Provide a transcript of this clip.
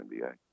NBA